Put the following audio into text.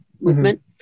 movement